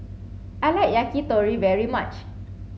I like Yakitori very much